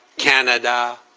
canada,